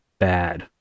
bad